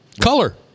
Color